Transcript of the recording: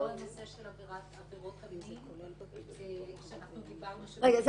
פה זה כל הנושא של עבירות --- שאנחנו דיברנו --- רגע,